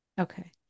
Okay